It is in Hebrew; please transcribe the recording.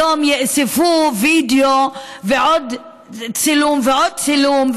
היום הוסיפו וידיאו ועוד צילום ועוד צילום,